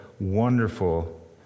wonderful